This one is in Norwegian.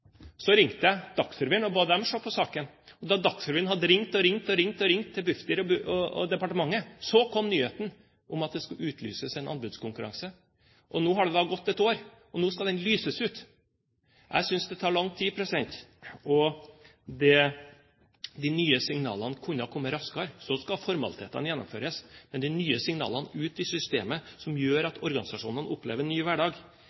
Så ringte jeg Dagsrevyen og ba dem se på saken. Men da Dagsrevyen hadde ringt og ringt til Bufdir og departementet, så kom nyheten om at det skulle utlyses en anbudskonkurranse. Nå har det gått et år, og nå skal den lyses ut. Jeg synes det tar lang tid. De nye signalene kunne ha kommet raskere, for så skal formalitetene gjennomføres. Men de nye signalene ute i systemet som gjør at organisasjonene opplever en ny hverdag,